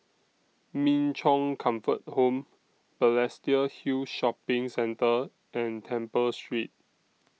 Min Chong Comfort Home Balestier Hill Shopping Centre and Temple Street